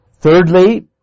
Thirdly